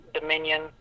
Dominion